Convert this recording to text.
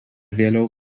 vėliau